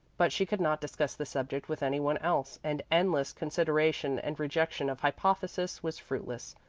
but she could not discuss the subject with any one else and endless consideration and rejection of hypotheses was fruitless,